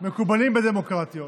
ומקובלים בדמוקרטיות,